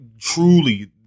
truly